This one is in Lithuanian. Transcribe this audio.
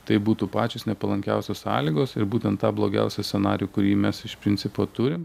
tai būtų pačios nepalankiausios sąlygos ir būten tą blogiausią scenarijų kurį mes iš principo turim